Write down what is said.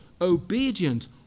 obedient